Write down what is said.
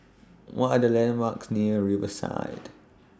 What Are The landmarks near Riverside